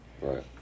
right